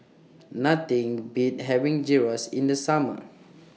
Nothing Beats having Gyros in The Summer